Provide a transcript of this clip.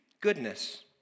goodness